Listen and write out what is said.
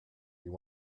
you